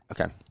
Okay